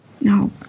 No